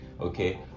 Okay